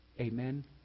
Amen